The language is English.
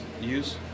use